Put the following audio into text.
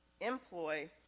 employ